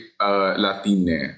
Latine